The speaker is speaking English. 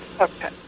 Okay